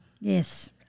Yes